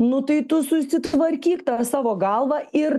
nu tai tu susitvarkyk tą savo galvą ir